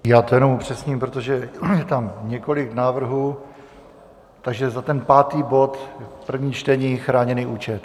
Já to jenom upřesním, protože je tam několik návrhů, takže za pátý bod, první čtení, chráněný účet.